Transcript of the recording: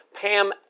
Pam